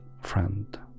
friend